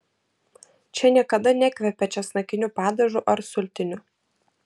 čia niekada nekvepia česnakiniu padažu ar sultiniu